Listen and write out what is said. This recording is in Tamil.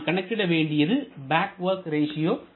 நாம் கணக்கிட வேண்டியது பேக் வொர்க் ரேஷியோ